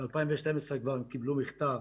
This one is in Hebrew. כבר ב-2012 הם קיבלו מכתב.